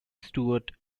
stuart